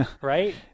Right